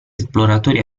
esploratori